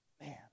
Man